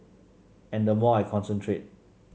and the more I concentrate